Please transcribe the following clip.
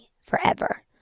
forever